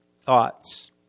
thoughts